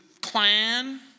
clan